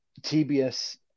TBS